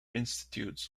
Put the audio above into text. institutes